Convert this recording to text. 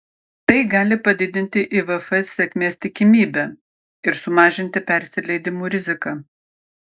tai gali padidinti ivf sėkmės tikimybę ir sumažinti persileidimų riziką